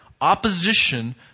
opposition